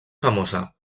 famosa